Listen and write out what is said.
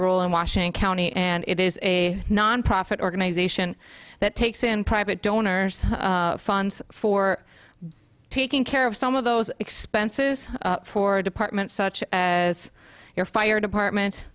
in washing county and it is a nonprofit organization that takes in private donors funds for taking care of some of those expenses for departments such as your fire department